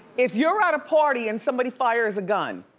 if you're at a party and somebody fires a gun?